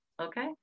Okay